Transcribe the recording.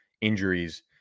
injuries